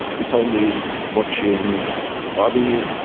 it's only watching the body,